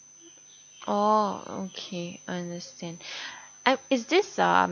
oh okay understand I is this uh